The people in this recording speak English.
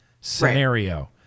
scenario